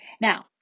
Now